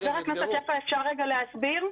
חבר הכנסת שפע, אפשר רגע להסביר?